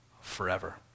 forever